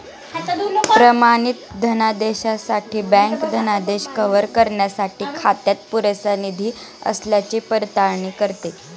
प्रमाणित धनादेशासाठी बँक धनादेश कव्हर करण्यासाठी खात्यात पुरेसा निधी असल्याची पडताळणी करते